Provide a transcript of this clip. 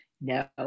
No